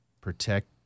protect